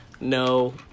no